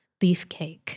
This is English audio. beefcake